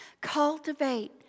Cultivate